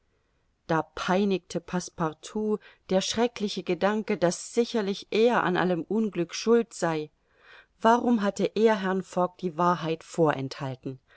da peinigte passepartout der schreckliche gedanke daß sicherlich er an allem unglück schuld sei warum hatte er herrn fogg die wahrheit vorenthalten